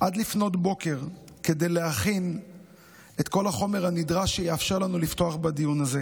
עד לפנות בוקר כדי להכין את כל החומר הנדרש שיאפשר לנו לפתוח בדיון הזה,